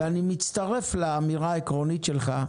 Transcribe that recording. אני מצטרף לאמירה העקרונית שלך,